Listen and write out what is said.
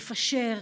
לפשר,